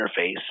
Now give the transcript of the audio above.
interface